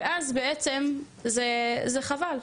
ובעצם זה חבל.